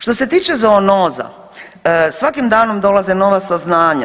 Što se tiče zoonoza svakim danom dolaze nova saznanja.